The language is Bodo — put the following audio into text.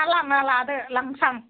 हा लांना लादो लांसां